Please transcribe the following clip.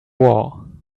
war